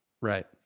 Right